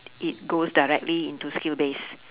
it goes directly into skill base